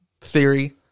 theory